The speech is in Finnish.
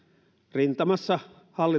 rintamassa viime vaalikauden